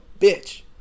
bitch